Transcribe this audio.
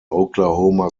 oklahoma